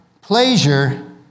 pleasure